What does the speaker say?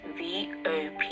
vop